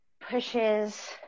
pushes